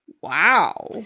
Wow